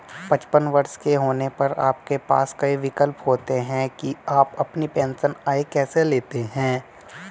पचपन वर्ष के होने पर आपके पास कई विकल्प होते हैं कि आप अपनी पेंशन आय कैसे लेते हैं